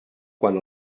quan